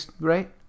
right